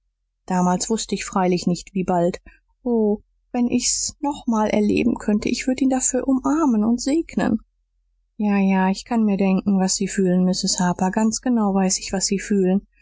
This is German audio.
damals wußt ich freilich nicht wie bald o wenn ich's noch mal erleben könnte ich würd ihn dafür umarmen und segnen ja ja ich kann's mir denken was sie fühlen mrs harper ganz genau weiß ich was sie fühlen